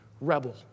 rebel